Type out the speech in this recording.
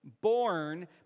born